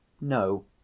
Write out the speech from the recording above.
No